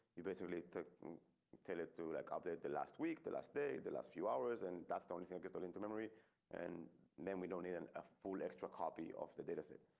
you basically took tell it to like update the last week, the last day. the last few hours and that's the only thing i get the link to memory and then we don't need and a full extra copy of the data set.